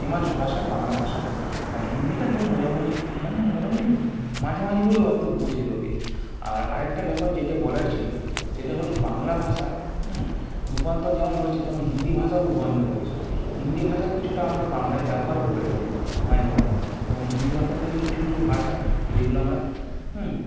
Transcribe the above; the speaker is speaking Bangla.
ফেমাস ভাষা বাংলা ভাষাটা আর হিন্দিটা তবু মোজামুজি মানে মোটামুটি মাঝামাঝি হলেও অন্তত বোঝে লোকে আর একটা ব্যাপার যেটা বলার ছিল সেটা হলো বাংলা ভাষা হুঁ রূপান্তর যেমন হয়েছে তেমন হিন্দি ভাষাও রূপান্তর হয়েছে হিন্দি ভাষার কিছুটা আমরা বাংলায় ব্যবহারও করে ফেলি মাঝেমাঝে যেমন হিন্দি ভাষাতে কিছু কিছু ভাষা যেগুলো আমরা হুঁ